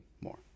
more